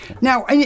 Now